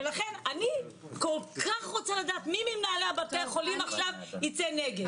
ולכן אני כל כך רוצה לדעת מי ממנהלי בתי החולים עכשיו ייצא נגד.